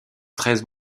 treize